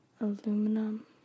aluminum